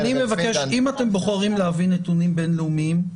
אני מבקש שאם אתם בוחרים להביא נתונים בין-לאומיים,